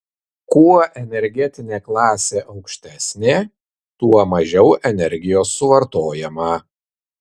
kuo energetinė klasė aukštesnė tuo mažiau energijos suvartojama